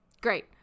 Great